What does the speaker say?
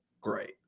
Great